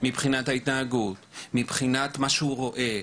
מבחינת ההתנהגות, מבחינת מה שהוא רואה,